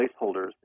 placeholders